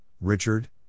Richard